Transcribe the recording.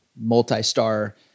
multi-star